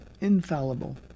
infallible